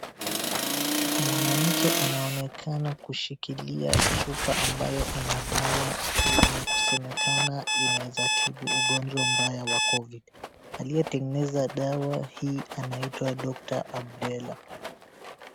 Mwanamke anaonekana kushikilia chupa ambayo ina dawa yenye kusemekana inaezatibu ugonjwa mbaya wa covid aliyetengeneza dawa hii anaitwa Dr.Abdella.